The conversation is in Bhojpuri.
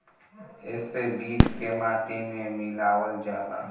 एसे बीज के माटी में मिलावल जाला